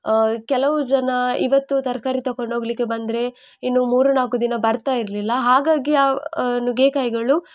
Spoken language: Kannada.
ಕೆಲವು ಜನ ಇವತ್ತು ತರಕಾರಿ ತಕೊಂಡೋಗ್ಲಿಕ್ಕೆ ಬಂದರೆ ಇನ್ನು ಮೂರು ನಾಲ್ಕು ದಿನ ಬರ್ತಾ ಇರಲಿಲ್ಲ ಹಾಗಾಗಿ ಆ ನುಗ್ಗೆಕಾಯಿಗಳು